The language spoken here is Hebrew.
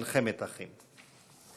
מלחמת אחים.